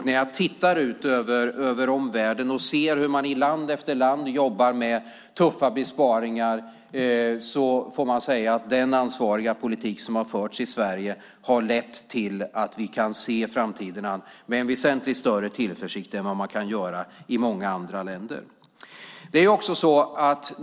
När jag tittar ut över omvärlden och ser hur man i land efter land jobbar med tuffa besparingar får jag säga att den ansvarsfulla politik som har förts i Sverige har lett till att vi kan se framtiden an med en väsentligt större tillförsikt än vad man kan göra i många andra länder.